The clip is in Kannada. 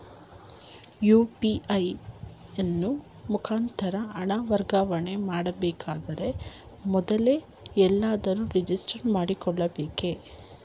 ಯು.ಪಿ.ಐ ನ ಮುಖಾಂತರ ಹಣ ವರ್ಗಾವಣೆ ಮಾಡಬೇಕಾದರೆ ಮೊದಲೇ ಎಲ್ಲಿಯಾದರೂ ರಿಜಿಸ್ಟರ್ ಮಾಡಿಕೊಳ್ಳಬೇಕಾ?